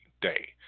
day